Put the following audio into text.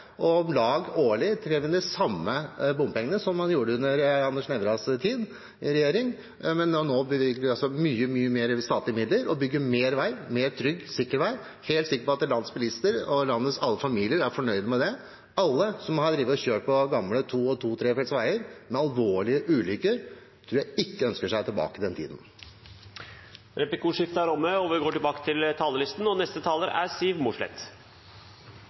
inn om lag de samme bompengene som man gjorde under regjeringstiden til Arne Nævras parti. Nå bevilger vi mye mer i statlige midler, og vi bygger mer vei – mer trygg og sikker vei. Jeg er helt sikker på at landets bilister og alle landets familier er fornøyd med det. Alle som har drevet og kjørt på gamle to- og trefeltsveier med alvorlige ulykker, tror jeg ikke ønsker seg tilbake til den tiden. Replikkordskiftet er omme. Aller først har jeg lyst til å takke komiteen for et godt samarbeid. Senterpartiet ønsker en samferdselspolitikk som sikrer effektiv transport av varer, folk og